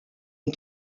ont